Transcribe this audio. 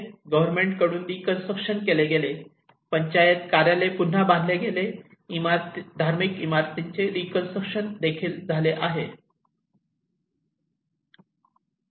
government कडून reconstruction केले गेले पंचायत कार्यालय पुन्हा बांधले गेले धार्मिक इमारतींचे रीकन्स्ट्रक्शन केले गेले